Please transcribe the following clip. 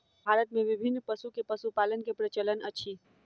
भारत मे विभिन्न पशु के पशुपालन के प्रचलन अछि